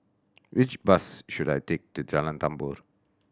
which bus should I take to Jalan Tambur